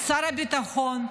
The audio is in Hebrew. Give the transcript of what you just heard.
שר הביטחון,